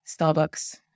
Starbucks